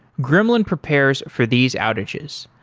gremlin prepares for these outages.